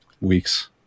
weeks